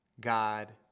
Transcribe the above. God